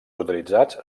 utilitzats